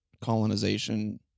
colonization